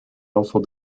also